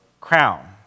crown